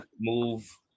move